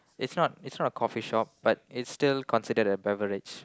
it's not it's not a coffee shop but it's still considered as a beverage